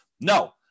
no